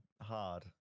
hard